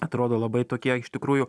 atrodo labai tokie iš tikrųjų